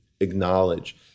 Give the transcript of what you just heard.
acknowledge